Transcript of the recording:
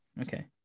okay